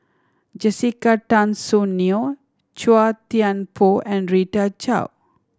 Jessica Tan Soon Neo Chua Thian Poh and Rita Chao